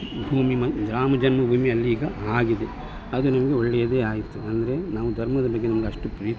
ಭೂಮಿ ರಾಮ ಜನ್ಮಭೂಮಿಯಲ್ಲಿ ಈಗ ಆಗಿದೆ ಅದು ನಮಗೆ ಒಳ್ಳೆಯದೇ ಆಯಿತು ಅಂದರೆ ನಮ್ಮ ಧರ್ಮದ ಬಗ್ಗೆ ನಮಗೆ ಅಷ್ಟು ಪ್ರೀತಿ